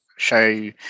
show